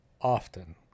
often